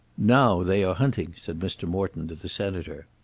now they are hunting, said mr. morton to the senator.